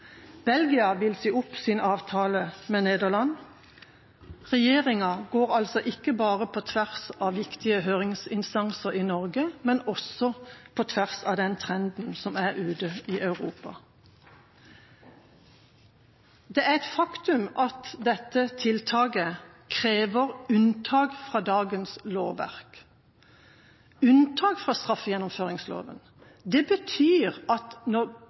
Belgia vil si opp sin avtale med Nederland. Regjeringa går altså ikke bare på tvers av viktige høringsinstanser i Norge, men også på tvers av den trenden som er ute i Europa. Det er et faktum at dette tiltaket krever unntak fra dagens lovverk, unntak fra straffegjennomføringsloven. Det betyr at når